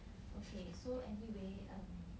okay so anyway um